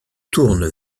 tourne